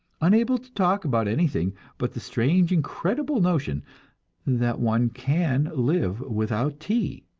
unable to talk about anything but the strange, incredible notion that one can live without tea.